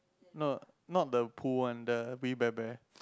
no not the pool one the We Bare Bear